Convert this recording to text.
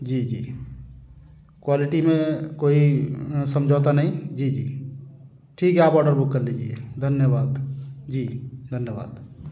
जी जी क्वालिटी में कोई समझौता नहीं जी जी ठीक है आप ऑडर बुक कर लीजिए धन्यवाद जी धन्यवाद